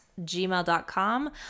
gmail.com